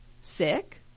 sick